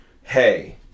hey